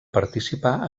participar